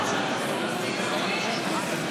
תתייחס לגופה של ההצעה.